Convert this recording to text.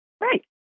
Right